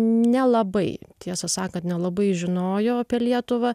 nelabai tiesą sakant nelabai žinojo apie lietuvą